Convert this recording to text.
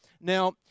Now